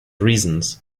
reasons